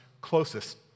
closest